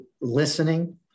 listening